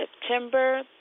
September